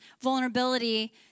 vulnerability